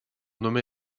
nommé